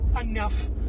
enough